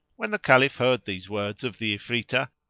when the caliph heard these words of the ifritah,